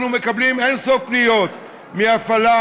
אנחנו מקבלים אין-סוף פניות על הפעלה